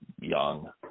young